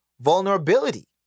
vulnerability